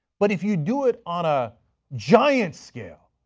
but if you do it on a giant scale,